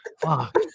fuck